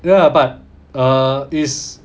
ya but uh it's